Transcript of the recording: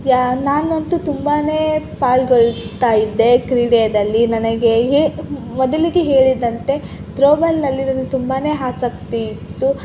ಯಾ ನಾನಂತೂ ತುಂಬಾ ಪಾಲ್ಗೊಳ್ತಾ ಇದ್ದೆ ಕ್ರೀಡೆಯಲ್ಲಿ ನನಗೆ ಹೇ ಮೊದಲಿಗೆ ಹೇಳಿದಂತೆ ತ್ರೋಬಾಲಿನಲ್ಲಿ ನನಗೆ ತುಂಬಾ ಆಸಕ್ತಿ ಇತ್ತು